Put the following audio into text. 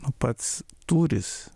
nu pats tūris